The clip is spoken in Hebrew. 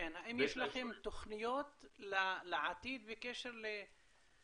האם יש לכם תוכניות לעתיד בקשר לתקופת